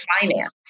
finance